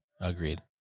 Agreed